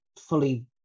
fully